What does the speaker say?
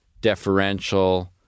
deferential